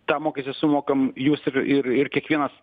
tą mokestį sumokam jūs ir ir ir kiekvienas